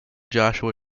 joshua